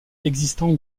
existants